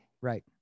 Right